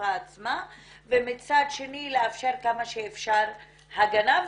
בחשיפה עצמה, ומצד שני, לאפשר כמה שאפשר הגנה.